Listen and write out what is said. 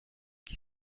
qui